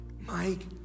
Mike